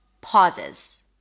pauses